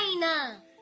China